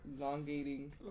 elongating